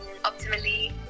optimally